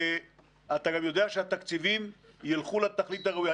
ואתה גם יודע שהתקציבים ילכו לתכלית הראויה.